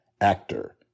actor